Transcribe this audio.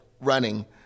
running